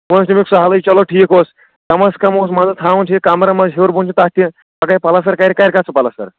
وۄنۍ اوس تَمیُک سہلٕے چلو ٹھیٖک اوس کمَس کم اوس منٛزٕ تھاوُن چھِ یہِ کمرٕ منٛز ہیوٚر بۄن چھِ تَتھ تہِ اگرَے پَلَستَر کَرِ کَر کَتھ سُہ پَلَستَر